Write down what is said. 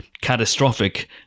catastrophic